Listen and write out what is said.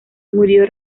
murió